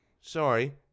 sorry